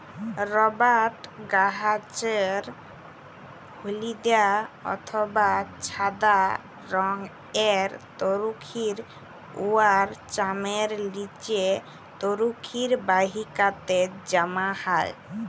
রবাট গাহাচের হইলদ্যা অথবা ছাদা রংয়ের তরুখির উয়ার চামের লিচে তরুখির বাহিকাতে জ্যমা হ্যয়